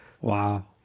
Wow